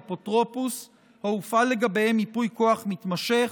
אפוטרופוס או הופעל לגביהם ייפוי כוח מתמשך.